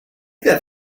that